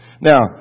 Now